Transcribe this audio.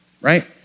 right